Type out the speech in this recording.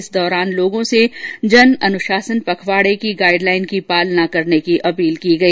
इस दौरान लोगों से जन अनुशासन पखवाडा की गाइड लाइन की पालना करने की अपील की गई